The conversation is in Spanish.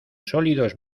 sólidos